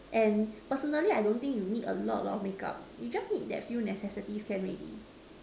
and personally I don't think you need a lot a lot of makeup you just need the few necessity can already